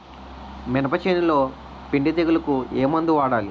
మినప చేనులో పిండి తెగులుకు ఏమందు వాడాలి?